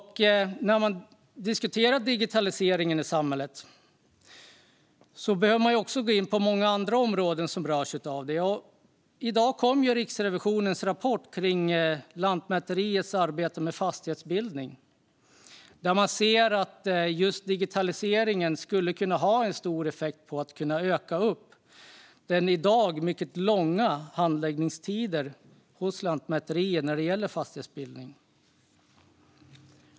När man diskuterar digitaliseringen i samhället behöver man gå in på många andra områden som berörs. I dag kom Riksrevisionens rapport om Lantmäteriets arbete med fastighetsbildning. Där ser man att just digitaliseringen skulle kunna ha stor effekt på de i dag mycket långa handläggningstiderna hos Lantmäteriet när det gäller fastighetsbildning.